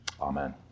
Amen